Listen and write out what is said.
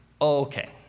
Okay